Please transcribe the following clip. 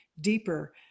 deeper